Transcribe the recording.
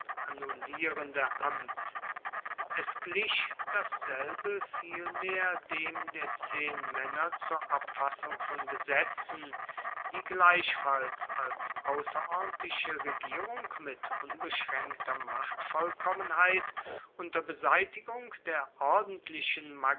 annullierende amt es glich dasselbe vielmehr dem der zehnmänner zur abfassung von gesetzen die gleichfalls als außerordentliche regierung mit unbeschränkter machtvollkommenheit unter beseitigung der ordentlichen